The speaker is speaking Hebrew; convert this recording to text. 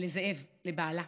לזאב, לבעלה.